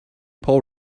pull